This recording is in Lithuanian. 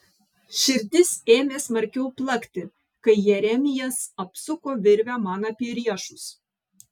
širdis ėmė smarkiau plakti kai jeremijas apsuko virvę man apie riešus